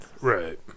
Right